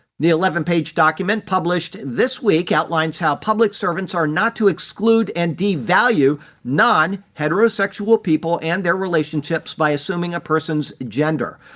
the eleven page document published this week outlines how public servants are not to exclude and devalue non-heterosexual people and their relationships by assuming a person's gender.